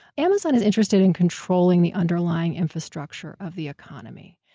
amazon is interested in controlling the underlying infrastructure of the economy.